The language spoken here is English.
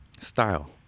style